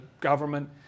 government